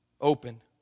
open